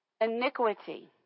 Iniquity